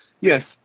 yes